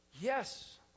Yes